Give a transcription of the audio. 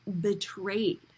betrayed